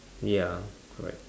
ya correct